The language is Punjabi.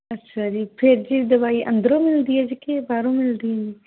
ਅੱਛਾ ਜੀ ਫਿਰ ਜੀ ਦਵਾਈ ਅੰਦਰੋਂ ਮਿਲਦੀ ਹੈ ਜੀ ਕੇ ਬਾਹਰੋਂ ਮਿਲਦੀ ਹੈ ਜੀ